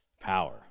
power